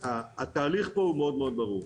התהליך פה הוא מאוד-מאוד ברור.